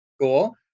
Cool